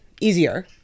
easier